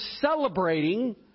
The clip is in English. celebrating